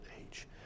age